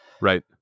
Right